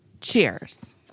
cheers